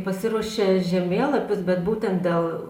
pasiruošė žemėlapius bet būtent dėl